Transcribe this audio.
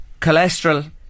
Cholesterol